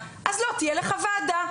לא תהיה לך ועדה.